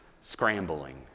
scrambling